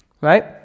right